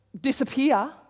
disappear